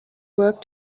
work